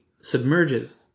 submerges